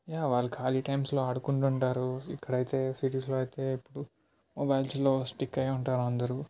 yeah వాళ్ళు ఖాళీ టైమ్స్లో ఆడుకుంటుంటారు ఇక్కడైతే సిటీస్లో అయితే ఎప్పుడు మొబైల్స్లో స్టిక్ అయి ఉంటారు అందరు